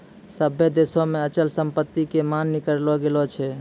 सभ्भे देशो मे अचल संपत्ति के मान्य करलो गेलो छै